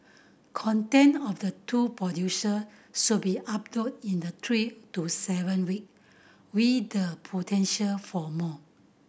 content of the two producer should be uploaded in the three to seven week with the potential for more